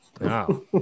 Wow